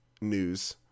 news